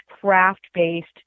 craft-based